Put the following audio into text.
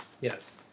Yes